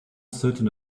certain